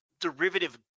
derivative